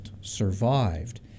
survived